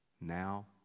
now